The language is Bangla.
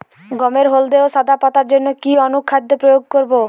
গমের হলদে ও সাদা পাতার জন্য কি অনুখাদ্য প্রয়োগ করব?